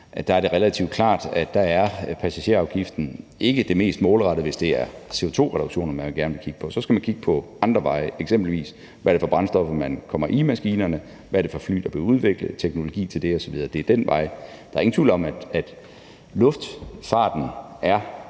det er relativt klart, at passagerafgiften ikke er det mest målrettede. Hvis det er CO2-reduktioner, man gerne vil kigge på, så skal man kigge andre steder hen, eksempelvis på, hvad det er for brændstoffer, man kommer i maskinerne, og hvad det er for fly, der bliver udviklet, og kigge på teknologien til dem osv. Det er den vej, man skal gå. Der er ingen tvivl om, at luftfarten jo